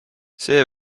see